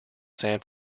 san